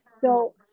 So-